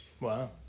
Wow